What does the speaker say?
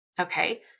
Okay